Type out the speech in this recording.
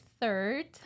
third